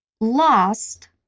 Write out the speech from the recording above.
lost